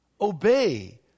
obey